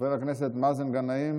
חבר הכנסת מאזן גנאים,